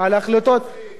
כנראה זה בדיוק מה שמצחיק.